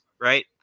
Right